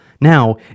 Now